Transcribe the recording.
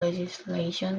legislation